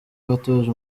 watoje